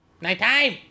Nighttime